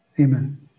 amen